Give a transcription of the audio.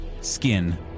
skin